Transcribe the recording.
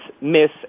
miss